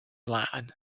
line